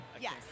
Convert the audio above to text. Yes